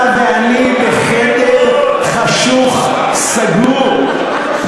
אתה ואני בחדר חשוך, סגור.